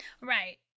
Right